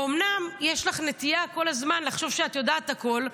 אומנם יש לך נטייה כל הזמן לחשוב שאת יודעת הכול,